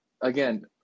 again